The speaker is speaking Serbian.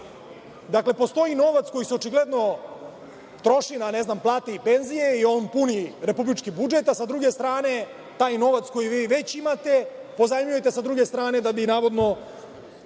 smešna. Postoji novac koji se očigledno troši na plate i penzije i on puni republički budžet, a sa druge strane taj novac koji vi već imate, pozajmljujete sa druge strane da bi navodno,